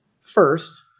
first